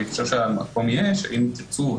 אם תרצו,